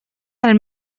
del